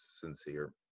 sincere